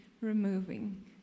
removing